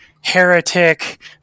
heretic